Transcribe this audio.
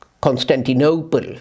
Constantinople